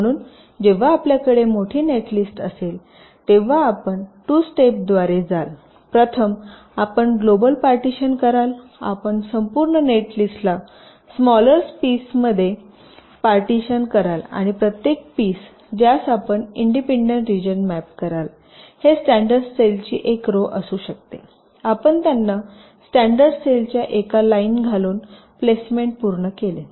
म्हणून जेव्हा आपल्याकडे मोठी नेटलिस्ट असेल तेव्हा आपण 2 स्टेप द्वारे जाल प्रथम आपण ग्लोबल पार्टीशीयन कराल आपण संपूर्ण नेटलिस्टला स्मालर पीस मध्ये पार्टीशीयन कराल आणि प्रत्येक पीस ज्यास आपण इंडिपेंडंट रिजन मॅप कराल हे स्टँडर्डसेल ची एक रो असू शकते आपण त्यांना स्टॅंडर्ड सेल च्या एका लाईन घालून प्लेसमेंट पूर्ण केले